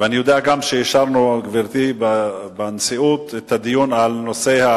אני יודע גם שאישרנו בנשיאות את הדיון על ההיערכות